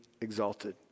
exalted